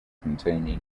containing